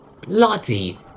bloody